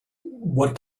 what